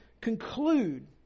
conclude